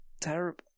Terrible